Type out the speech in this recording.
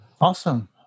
Awesome